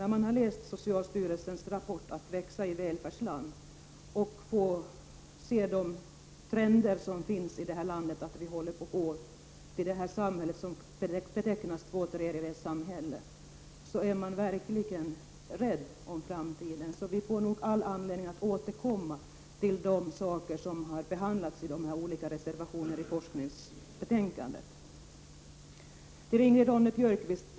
När man har läst socialstyrelsens rapport Att växa i välfärdsland, och när man ser de trender som finns i det här landet och som innebär att vi håller på att få vad som betecknas som ”tvåtredjedelssamhälle”, så är man verkligen rädd om framtiden. Vi får nog anledning att återkomma till de frågor som har behandlats i de olika reservationerna i det aktuella forskningsbetänkandet. Så några ord till Ingrid Ronne-Björkqvist.